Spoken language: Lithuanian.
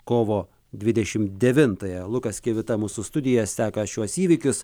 kovo dvidešim devintąją lukas kivita mūsų studijoje seka šiuos įvykius